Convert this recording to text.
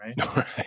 Right